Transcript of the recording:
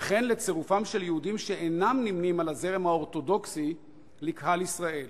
וכן לצירופם של יהודים שאינם נמנים עם הזרם האורתודוקסי לכלל ישראל.